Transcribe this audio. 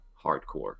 hardcore